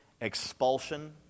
expulsion